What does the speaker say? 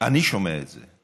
אני שומע את זה.